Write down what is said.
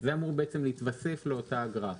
זה אמור בעצם להתווסף לאותה אגרה,